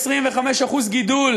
25% גידול,